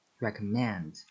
Recommend